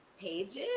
pages